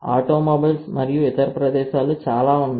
automobiles మరియు ఇతర ప్రదేశాలు చాలా ఉన్నాయి